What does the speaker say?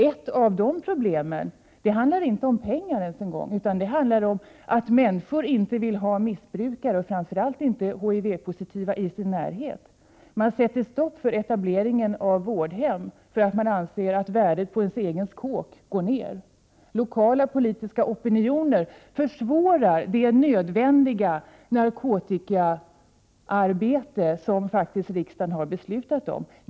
Ibland handlar det inte ens om pengar utan om att människor inte vill ha missbrukare i sin närhet, framför allt inte HIV-positiva. Man sätter stopp för etableringen av vårdhem, därför att man anser att värdet på ens eget hus skulle sjunka vid en etablering. Lokala politiska opinioner försvårar det nödvändiga narkotikaarbete som riksdagen faktiskt har beslutat om.